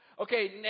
Okay